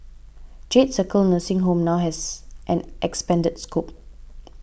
Jade Circle nursing home now has an expanded scope